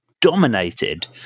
dominated